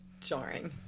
jarring